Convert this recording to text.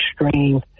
extreme